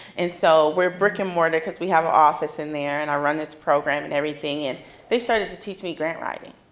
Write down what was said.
and so we're brick and mortar because we have an office in there, and i run this program and everything. and they started to teach me grant writing.